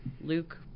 Luke